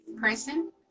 person